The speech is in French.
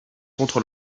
contre